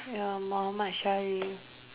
ya Muhammad Shahril